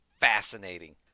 fascinating